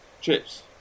chips